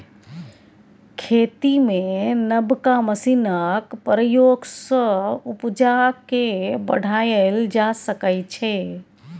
खेती मे नबका मशीनक प्रयोग सँ उपजा केँ बढ़ाएल जा सकै छै